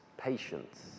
Patience